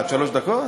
רק שלוש דקות.